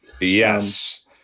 Yes